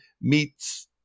meets